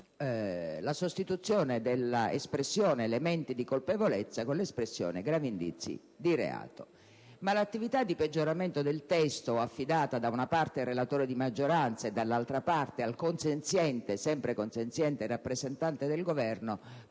la sostituzione della espressione «elementi di colpevolezza» con l'espressione «gravi indizi di reato». Ma l'attività di peggioramento del testo, affidata da una parte al relatore di maggioranza e dall'altra parte al consenziente - sempre consenziente - rappresentante del Governo,